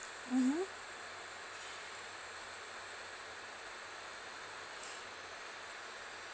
mmhmm